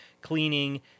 cleaning